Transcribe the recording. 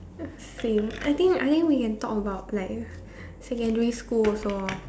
same I think I think we can talk about like secondary school also lor